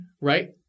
right